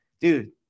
dude